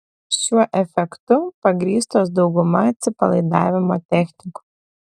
šiuo efektu pagrįstos dauguma atsipalaidavimo technikų